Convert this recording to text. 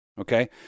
Okay